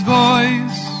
voice